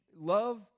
love